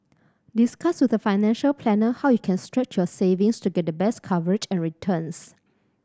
discuss with a financial planner how you can stretch your savings to get the best coverage and returns